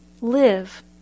live